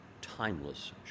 timeless